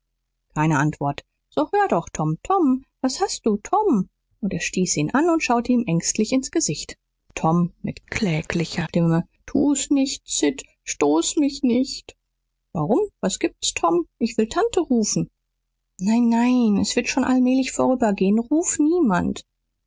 keine antwort so hör doch tom tom was hast du tom und er stieß ihn an und schaute ihm ängstlich ins gesicht tom mit kläglicher stimme tu's nicht sid stoß mich nicht warum was gibt's tom ich will tante rufen nein nein es wird schon allmählich vorübergehen ruf niemand